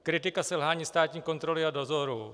Kritika selhání státní kontroly a dozoru.